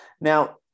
Now